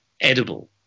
edible